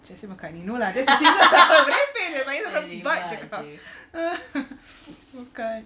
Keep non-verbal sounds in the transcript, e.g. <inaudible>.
jesse mccartney no lah that's a singer <laughs> merepek jer sampai jer kutuk aku <laughs> bukan